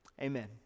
Amen